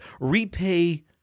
Repay